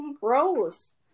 gross